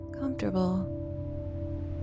comfortable